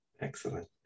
Excellent